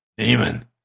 Amen